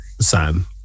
Sam